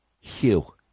Hugh